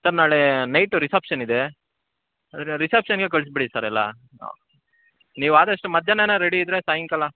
sir ನಾಳೆ night reception ಇದೆ ಇದು ರಿಸೆಪ್ಷನ್ಗೆ ಕಳ್ಸ್ಬಿಡಿ ಸರ್ ಎಲ್ಲ ನೀವು ಆದಷ್ಟು ಮಧ್ಯಾಹ್ನನೇ ರೆಡಿ ಇದ್ದರೆ ಸಾಯಂಕಾಲ